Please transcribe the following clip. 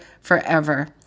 forever